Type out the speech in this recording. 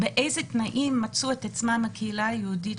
באיזה תנאים מצאה את עצמה הקהילה היהודית